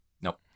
Nope